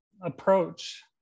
approach